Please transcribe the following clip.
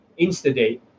insta-date